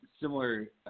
similar